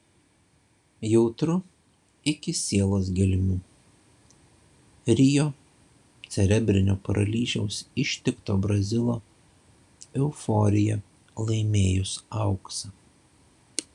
jautru iki sielos gelmių rio cerebrinio paralyžiaus ištikto brazilo euforija laimėjus auksą